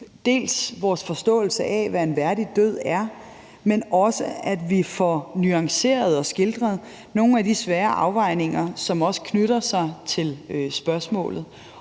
om vores forståelse af, hvad en værdig død er, dels får nuanceret og skildret nogle af de svære afvejninger, som også knytter sig til spørgsmålet.